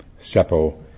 Seppo